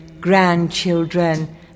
grandchildren